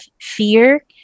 fear